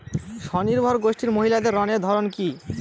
স্বনির্ভর গোষ্ঠীর মহিলাদের ঋণের ধরন কি?